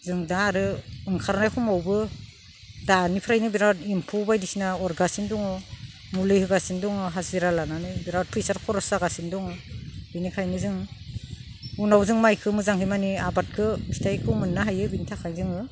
जों दा आरो ओंखारनाय समावबो दानिफ्रायनो बिराद एम्फौ बायदिसिना अरगासिनो दङ मुलि होगासिनो दङ हाजिरा लानानै बिराद फैसा खरस जागासिनो दङ बिनिखायनो जों उनाव जों माइखो मोजाङै माने आबादखो फिथाइखौ मोननो हायो बिनि थाखाय जोङो